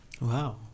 wow